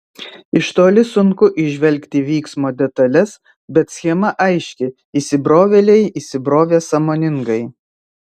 iš toli sunku įžvelgti vyksmo detales bet schema aiški įsibrovėliai įsibrovė sąmoningai